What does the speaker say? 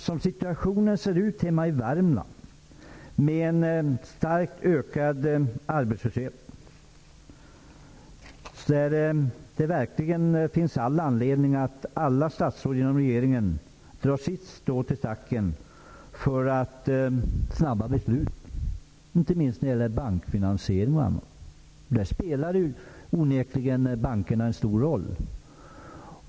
Som situationen ser ut hemma i Värmland, med en starkt ökande arbetslöshet, finns det verkligen all anledning att varje statsråd i regeringen drar sitt strå till stacken för snabba beslut, inte minst när det gäller bankfinansiering etc. Där spelar bankerna onekligen en stor roll.